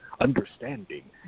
understanding